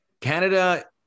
Canada